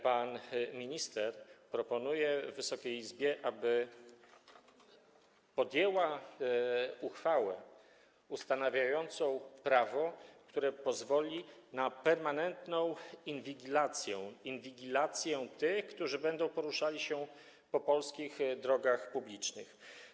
Pan minister proponuje Wysokiej Izbie, aby uchwaliła ustawę ustanawiającą prawo, które pozwoli na permanentną inwigilację tych, którzy będą poruszali się po polskich drogach publicznych.